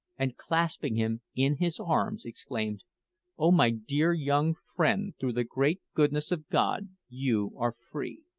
and clasping him in his arms, exclaimed oh my dear young friend, through the great goodness of god you are free!